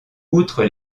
outre